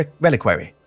Reliquary